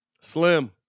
Slim